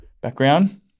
background